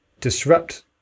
disrupt